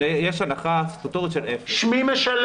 במקום "סעיפים 62(א)(3)(א)(1) ו-67"